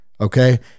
okay